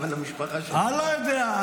אבל המשפחה שלה --- לא יודע.